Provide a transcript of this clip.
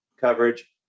coverage